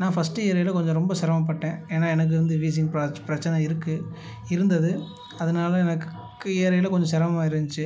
நான் ஃபஸ்ட்டு ஏறயில கொஞ்சம் ரொம்ப சிரமப்பட்டேன் ஏன்னால் எனக்கு வந்து வீசிங் பிரச் பிரச்சனை இருக்குது இருந்தது அதனால் எனக்கு ஏறயில கொஞ்சம் சிரமமா இருந்துச்சி